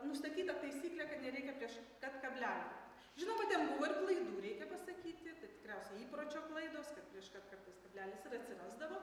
nustatyta taisyklė kad nereikia prieš kad kablelio žinoma ten buvo ir klaidų reikia pasakyti bet tikriausia įpročio klaidos kad prieš kad kartais kablelis ir atsirasdavo